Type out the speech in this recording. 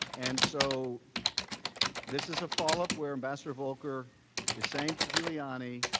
and so this is a follow-up where ambassador volker is saying to giuliani,